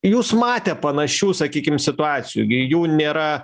jūs matę panašių sakykim situacijų gi jų nėra